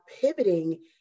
pivoting